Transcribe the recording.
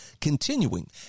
continuing